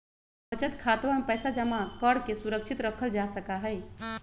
बचत खातवा में पैसवा जमा करके सुरक्षित रखल जा सका हई